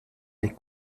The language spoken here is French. les